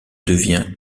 devient